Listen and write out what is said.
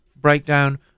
breakdown